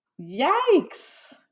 Yikes